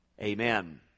Amen